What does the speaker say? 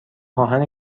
آهن